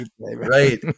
Right